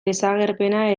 desagerpena